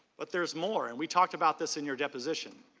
but there's more. and we talked about this in your deposition.